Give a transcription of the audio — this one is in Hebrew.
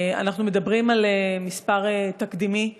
אנחנו מדברים על מספר תקדימי.